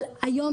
אבל היום,